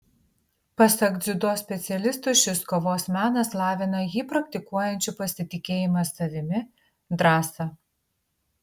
pasak dziudo specialistų šis kovos menas lavina jį praktikuojančių pasitikėjimą savimi drąsą